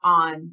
on